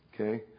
Okay